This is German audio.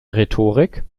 rhetorik